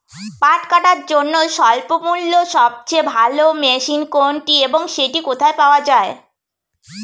পাট কাটার জন্য স্বল্পমূল্যে সবচেয়ে ভালো মেশিন কোনটি এবং সেটি কোথায় পাওয়া য়ায়?